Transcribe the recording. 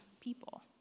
people